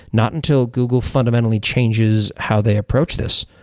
not until google fundamentally changes how they approach this.